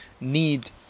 need